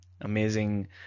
amazing